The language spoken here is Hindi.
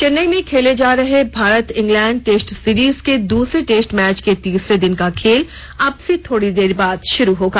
चेन्नई में खेले जा रहे भारत इंग्लैंड टेस्ट सिरीज के दूसरे टेस्ट मैच के तीसरे दिन का खेल अब से थोड़ी देर बाद शुरू होगा